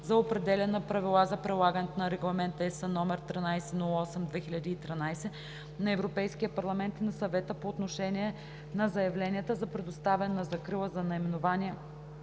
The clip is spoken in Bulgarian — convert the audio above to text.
за определяне на правила за прилагането на Регламент (ЕС) № 1308/2013 на Европейския парламент и на Съвета по отношение на заявленията за предоставяне на закрила на наименования